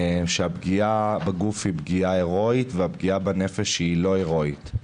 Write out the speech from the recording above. שהפגיעה בגוף היא פגיעה הרואית ואילו הפגיעה בנפש היא לא הרואית.